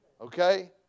Okay